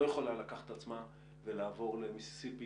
לא יכולה לקחת את עצמה ולעבור למיסיסיפי